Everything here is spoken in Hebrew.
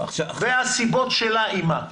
וסיבותיה עמה.